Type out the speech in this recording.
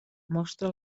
mostra